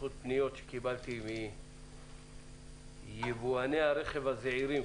בזכות פניות שקיבלתי מיבואני הרכב הזעירים,